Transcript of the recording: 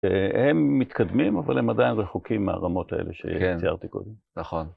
שהם מתקדמים, אבל הם עדיין רחוקים מהרמות האלה שציירתי קודם. נכון.